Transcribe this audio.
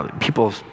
People